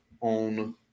on